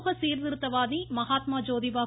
சமூக சீர்திருத்தவாதி மகாத்மா ஜோதிபா ்